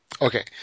okay